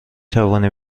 توانی